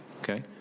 okay